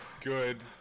Good